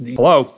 Hello